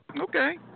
okay